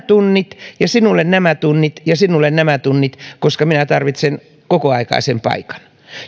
tunnit ja sinulle nämä tunnit ja sinulle nämä tunnit koska minä tarvitsen kokoaikaisen paikan